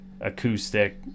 acoustic